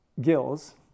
gills